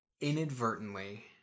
inadvertently